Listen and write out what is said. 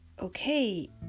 okay